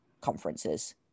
conferences